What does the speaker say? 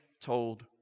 told